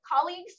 colleagues